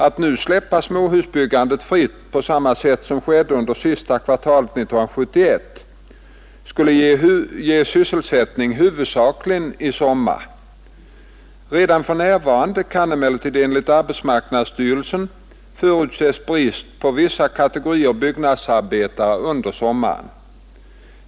Att nu släppa småhusbyggandet fritt på samma sätt som skedde under sista kvartalet 1971 skulle ge sysselsättning huvudsakligen i sommar. Redan för närvarande kan emellertid enligt arbetsmarknadsstyrelsen förutses brist på vissa kategorier byggnadsarbetare under sommaren.